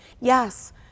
yes